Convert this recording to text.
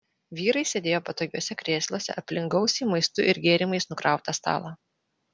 vyrai sėdėjo patogiuose krėsluose aplink gausiai maistu ir gėrimais nukrautą stalą